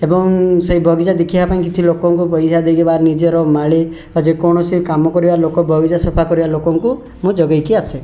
ଏବଂ ସେ ବଗିଚା ଦେଖିବା ପାଇଁ କିଛି ଲୋକଙ୍କୁ ପଇସା ଦେଇକି ବା ନିଜର ମାଳୀ ବା ଯେ କୌଣସି କାମକୁ କରିବା ଲୋକ ବା ବଗିଚା ସଫା କରିବା ଲୋକଙ୍କୁ ମୁଁ ଜଗେଇକି ଆସେ